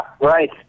right